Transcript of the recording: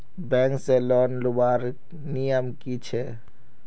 Bank से loan लुबार नियम की छे?